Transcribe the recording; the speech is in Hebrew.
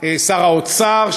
שר האוצר,